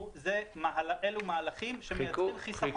אלו מהלכים שמייצרים חיסכון.